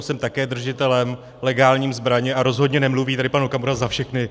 Jsem také držitelem legální zbraně a rozhodně tady nemluví pan Okamura za všechny.